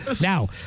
Now